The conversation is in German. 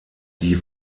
die